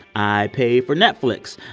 i pay for netflix.